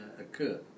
occur